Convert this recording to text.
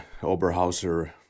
Oberhauser